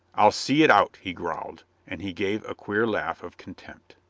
i'll see it out, he growled and he gave a queer laugh of contempt.